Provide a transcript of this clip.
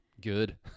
good